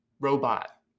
robot